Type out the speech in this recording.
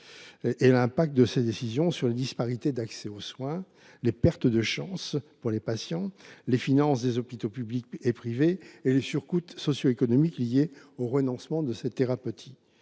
que l’impact de ces décisions sur les disparités d’accès aux soins, les pertes de chance pour les patients, les finances des hôpitaux publics et privés, ainsi que les surcoûts socio économiques liés au renoncement à ces thérapies.